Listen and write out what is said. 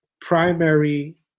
primary